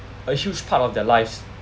a huge part of their lives